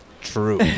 true